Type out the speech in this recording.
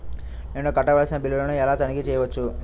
నేను కట్టవలసిన బిల్లులను ఎలా తనిఖీ చెయ్యవచ్చు?